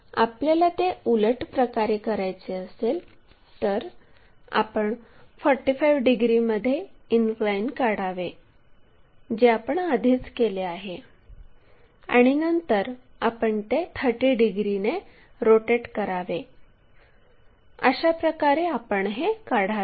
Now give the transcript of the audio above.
जर आपल्याला ते उलट प्रकारे करायचे असेल तर आपण 45 डिग्रीमध्ये इनक्लाइन काढावे जे आपण आधीच केले आहे आणि नंतर आपण ते 30 डिग्रीने रोटेट करावे अशाप्रकारे आपण हे काढावे